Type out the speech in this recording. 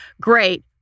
Great